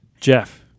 Jeff